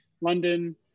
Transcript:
London